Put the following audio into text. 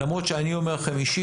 למרות שאני אומר לכם אישית,